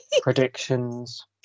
predictions